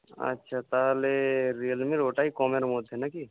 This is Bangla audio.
আচ্ছা তাহলে রিয়েলমির ওটাই কমের মধ্যে নাকি